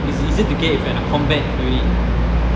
it's easier to get if you are at the combat unit